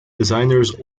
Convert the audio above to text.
designers